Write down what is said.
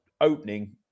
opening